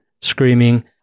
screaming